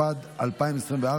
התשפ"ד 2024,